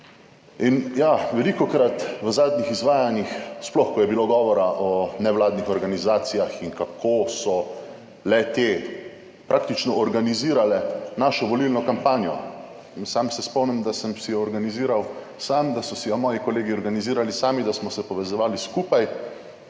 ja, velikokrat v zadnjih izvajanjih, sploh, ko je bilo govora o nevladnih organizacijah in kako so le te praktično organizirale našo volilno kampanjo in sam se spomnim, da sem si jo organiziral sam, da so si jo moji kolegi organizirali sami, da smo se povezovali skupaj.